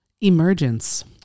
Emergence